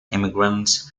immigrants